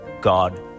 God